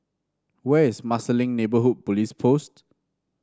where is Marsiling Neighbourhood Police Post